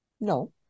No